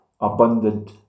abundant